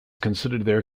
consolidated